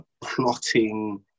plotting